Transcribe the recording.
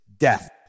Death